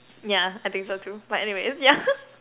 yeah I think so too but anyways yeah